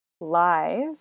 live